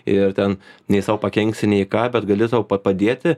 ir ten nei sau pakenksi nei ką bet gali sau pa padėti